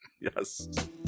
Yes